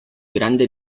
grande